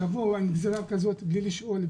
לבוא עם גזירה כזאת בלי לשאול,